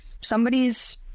Somebody's